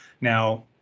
Now